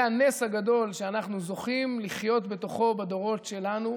זה הנס הגדול שאנחנו זוכים לחיות בתוכו בדורות שלנו,